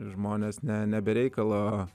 žmonės ne ne be reikalo